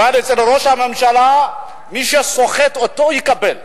אבל אצל ראש הממשלה, מי שסוחט אותו, יקבל.